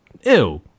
Ew